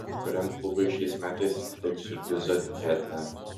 kuriam klubui šiais metais atiteks siurprizo etiketė